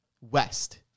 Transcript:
west